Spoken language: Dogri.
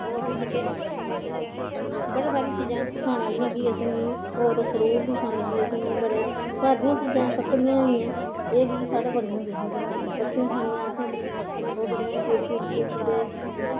और बी जेह्के बड़ियां सारियां चीजां खाने आह्लियां की जेह्कियां असेंगी होर फ्रूट बी खाना कि असेंगी बड़े घर दियां चीजां ककड़ियां होई गेइयां साढ़े बड़ियां होंदियां हियां ककड़ियां ककड़ियां खानियां असें जी ओह् बड़ियां पूरे अपने